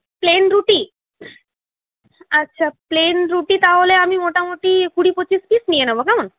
plane রুটি আচ্ছা plain রুটি তাহলে আমি মোটামোটি কুড়ি পঁচিশ পিস নিয়ে নেবো কেমন